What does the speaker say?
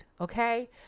okay